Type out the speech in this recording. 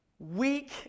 Weak